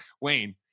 Wayne